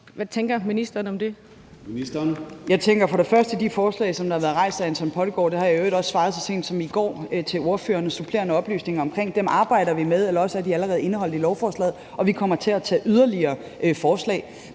og sundhedsministeren (Sophie Løhde): Jeg tænker for det første, at de forslag, som har været rejst af Anton Pottegård – det har jeg i øvrigt også svaret til ordføreren så sent som i går med supplerende oplysninger – arbejder vi med, eller også er de allerede indeholdt i lovforslaget, og vi kommer til at tage yderligere forslag